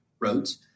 roads